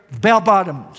bell-bottoms